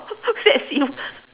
let's see